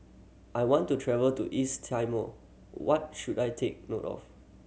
I want to travel to East Timor what should I take note of